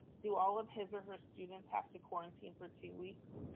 do all of his or her students have to quarantine for two weeks?